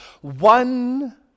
one